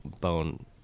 bone